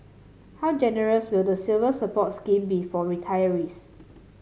how generous will the Silver Support scheme be for retirees